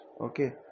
Okay